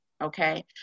Okay